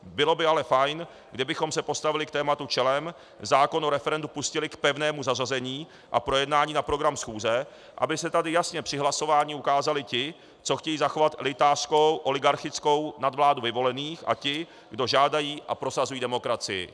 Bylo by ale fajn, kdybychom se postavili k tématu čelem, zákon o referendu pustili k pevnému zařazení a projednání na program schůze, aby se tady jasně při hlasování ukázali ti, co chtějí zachovat elitářskou oligarchickou nadvládu vyvolených, a ti, kdo žádají a prosazují demokracii.